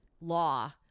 law